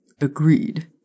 Agreed